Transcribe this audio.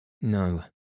No